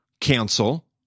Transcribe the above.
cancel